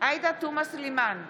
עאידה תומא סלימאן,